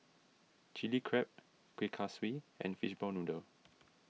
Chilli Crab Kueh Kaswi and Fishball Noodle